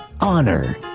honor